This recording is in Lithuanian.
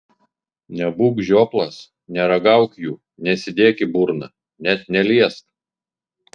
nebūk žioplas neragauk jų nesidėk į burną net neliesk